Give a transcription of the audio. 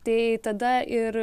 tai tada ir